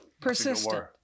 Persistent